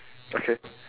okay